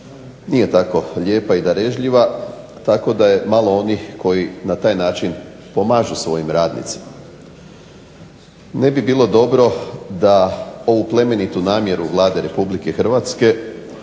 nije tako darežljiva tako da je malo takvih koji na ovaj način pomažu svojim radnicima. Ne bi bilo dobro da ovu plemenitu namjeru Vlade Republike Hrvatske